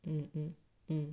mm mm mm